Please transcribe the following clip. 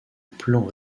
plan